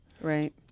right